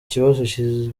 kibazo